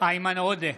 איימן עודה,